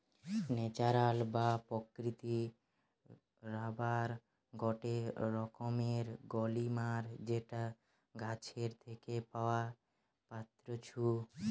natural বা প্রাকৃতিক rubber গটে রকমের পলিমার যেটা গাছের থেকে পাওয়া পাত্তিছু